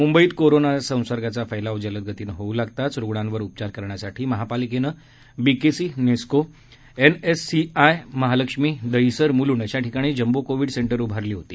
म्ंबईत कोरोना संसर्गाचा फ़़़़़ाव जलद गतीने होऊ लागताच रुग्णांवर उपचार करण्यासाठी महापालिकेने बीकेसी वांद्रे नेस्को गोरेगाव एनएससीआय वरळी महालक्ष्मी दहिसर मुलूंड अशा ठिकाणी जम्बो कोविड सेंटर उभारली होती